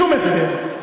שום הסבר.